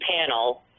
panel